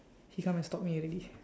he come and stop me already